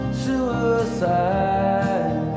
suicide